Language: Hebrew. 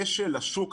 לגבי כשל השוק,